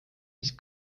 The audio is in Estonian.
mis